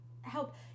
help